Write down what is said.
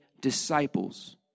disciples